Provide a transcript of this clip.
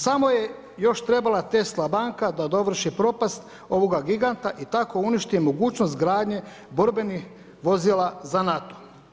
Samo je još trebala Tesla banka, da dovrši propast ovoga giganta i tako uništi mogućnost gradnje borbenih vozila za NATO.